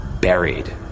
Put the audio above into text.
buried